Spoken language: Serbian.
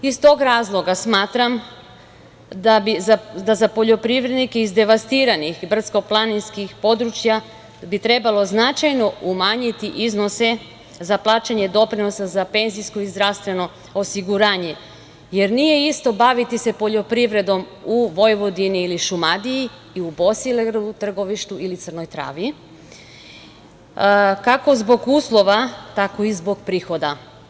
Iz tog razloga smatram da za poljoprivrednike iz devastiranih brdsko-planinskih područja bi trebalo značajno umanjiti iznose za plaćanje doprinosa za penzijsko i zdravstveno osiguranje, jer nije isto baviti se poljoprivredom u Vojvodini ili Šumadiji i u Bosilegradu, Trgovištu ili Crnoj Travi kako zbog uslova, tako i zbog prihoda.